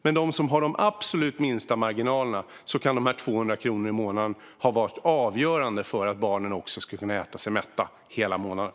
Men för dem som har de absolut minsta marginalerna kan dessa 200 kronor i månaden vara avgörande för att barnen ska kunna äta sig mätta hela månaden.